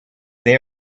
they